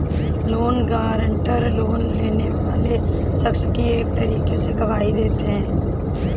loan guarantor, loan लेने वाले शख्स की एक तरीके से गवाही देते हैं